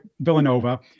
Villanova